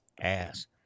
ass